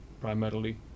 primarily